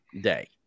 day